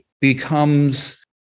becomes